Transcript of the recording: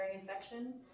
infection